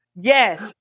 Yes